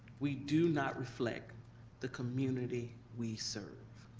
we do not reflect the community we serve.